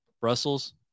Brussels